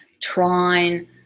trying